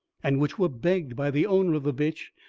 and which were begged by the owner of the bitch,